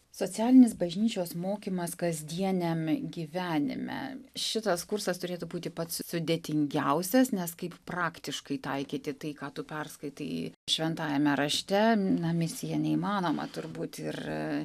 socialinis bažnyčios mokymas kasdieniame gyvenime šitas kursas turėtų būti pats sudėtingiausias nes kaip praktiškai taikyti tai ką tu perskaitei šventajame rašte na misija neįmanoma turbūt ir